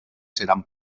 seran